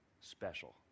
special